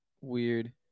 Weird